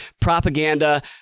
propaganda